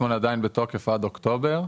שבתוקף עד אוקטובר,